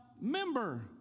member